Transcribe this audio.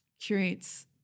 curates